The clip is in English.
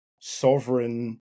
sovereign